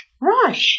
Right